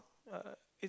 uh